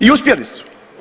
I uspjeli su.